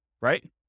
right